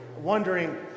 wondering